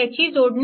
त्याची जोडणी